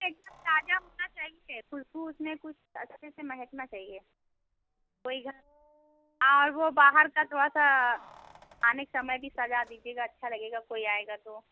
एकदम ताजा होना चाहिए ख़ुशबू उसमें कुछ अच्छे से महकना चाहिए कोई घर और वह बाहर का थोड़ा सा आने के समय भी सजा दीजिएगा अच्छा लगेगा कोई आएगा तो